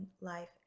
life